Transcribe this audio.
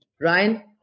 Ryan